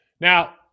Now